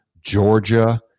Georgia